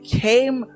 came